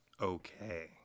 Okay